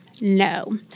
No